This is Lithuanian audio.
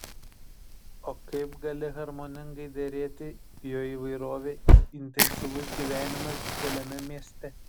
o kaip gali harmoningai derėti bioįvairovė ir intensyvus gyvenimas dideliame mieste